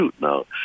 Now